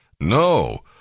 No